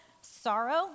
sorrow